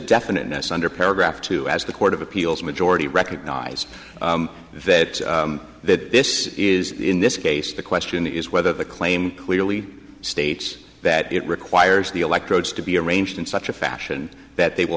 definiteness under paragraph two as the court of appeals majority recognise that this is in this case the question is whether the claim clearly states that it requires the electrodes to be arranged in such a fashion that they will